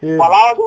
就是